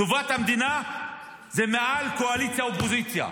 טובת המדינה היא מעל קואליציה ואופוזיציה.